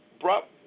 brought